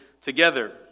together